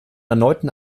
erneuten